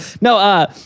No